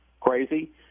crazy